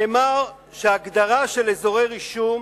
נאמר שההגדרה של אזורי רישום